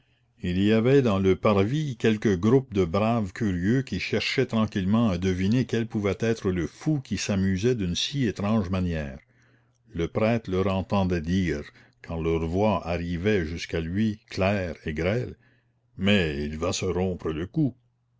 il y avait dans le parvis quelques groupes de braves curieux qui cherchaient tranquillement à deviner quel pouvait être le fou qui s'amusait d'une si étrange manière le prêtre leur entendait dire car leur voix arrivait jusqu'à lui claire et grêle mais il va se rompre le cou